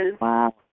Wow